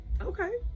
Okay